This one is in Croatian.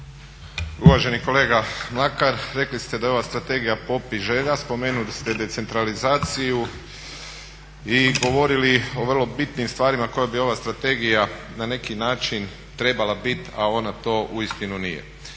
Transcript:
Uvaženi kolega Mlakar, rekli ste da je ova strategija popis želja. Spomenuli ste decentralizaciju i govorili o vrlo bitnim stvarima koje bi ova strategija na neki način trebala bit, a ona to uistinu nije.